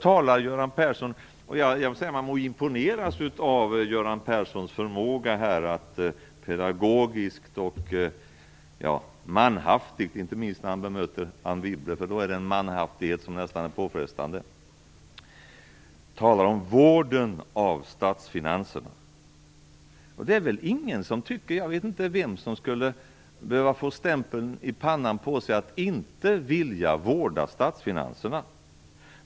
Man må imponeras av Göran Perssons förmåga här när han pedagogiskt och manhaftigt - inte minst när han bemöter Anne Wibble, för då är det en manhaftighet som nästan är påfrestande - talar om vården av statsfinanserna. Jag vet inte vem som skulle behöva få stämpeln i pannan för att inte vilja vårda statsfinanserna.